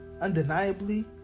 undeniably